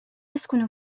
يسكن